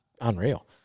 unreal